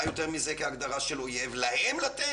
מה יותר הגדרה של אויב מזה?